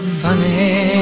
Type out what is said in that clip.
funny